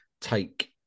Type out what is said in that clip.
take